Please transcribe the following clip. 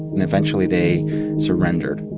and eventually, they surrendered